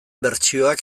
bertsioak